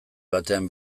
batean